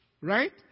Right